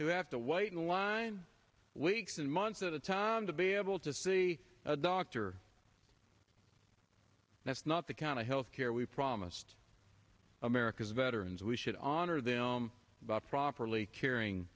who have to wait in line weeks and months at a time to be able to see a doctor that's not the kind of health care we promised america's veterans we should honor them by properly caring